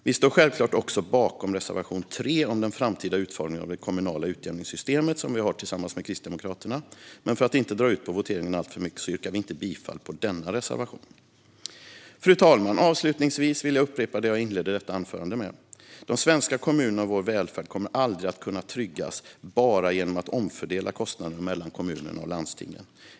Vi står självklart också bakom reservation 3 om den framtida utformningen av det kommunala utjämningssystemet, som vi har tillsammans med Kristdemokraterna, men för att inte dra ut på voteringen alltför mycket yrkar vi inte bifall till denna reservation. Fru talman! Avslutningsvis vill jag upprepa det jag inledde detta anförande med. De svenska kommunerna och vår välfärd kommer aldrig att kunna tryggas bara genom att kostnader omfördelas mellan kommunerna och landstingen.